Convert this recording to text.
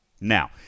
Now